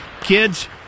Kids